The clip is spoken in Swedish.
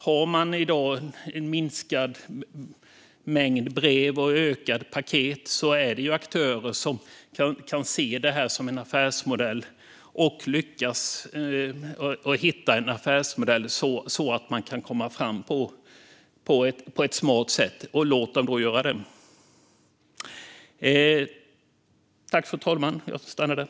Har man i dag en minskad mängd brev och en ökad mängd paket finns det aktörer som kan se detta och hitta en affärsmodell så att de kan komma fram på ett smart sätt. Låt dem då göra det!